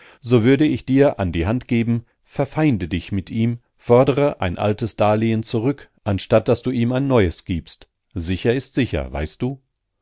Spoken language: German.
so würde ich dir an die hand geben verfeinde dich mit ihm fordere ein altes darlehen zurück anstatt daß du ihm ein neues gibst sicher ist sicher weißt du